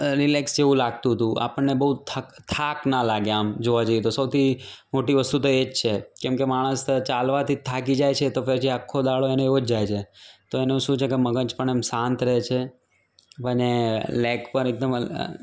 અ relax જેવું લાગતું હતું આપણને બહુ થક થાક ના લાગે આમ જોવા જઈએ તો સૌથી મોટી વસ્તુ તો એ જ છે કેમકે માણસ ચાલવાથી જ થાકી જાય છે તો પછી આખો દહાડો એનો એવો જ જાય છે તો એનું શું છે મગજ પણ આમ શાંત રહે છે અને લેગ પણ એકદમ અઅ